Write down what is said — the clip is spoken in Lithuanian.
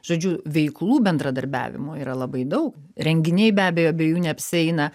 žodžiu veiklų bendradarbiavimo yra labai daug renginiai be abejo be jų neapsieina